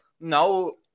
No